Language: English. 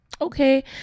okay